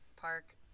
Park